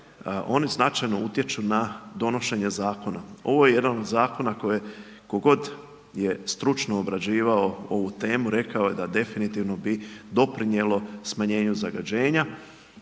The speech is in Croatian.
oni značajno utječu na donošenje zakona. Ovo je jedan od zakona tko god je stručno obrađivao ovu temu rekao da definitivno bi doprinijelo smanjenju zagađenja